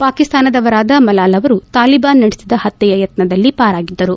ಪಾಕಿಸ್ತಾನದವರಾದ ಮಲಾಲ ಅವರು ತಾಲಿಬಾನ್ ನಡೆಸಿದ ಹತ್ತೆಯ ಯತ್ನದಲ್ಲಿ ಪಾರಾಗಿದ್ದರು